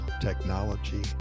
technology